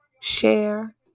Share